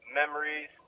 memories